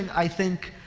i think,